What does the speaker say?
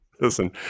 listen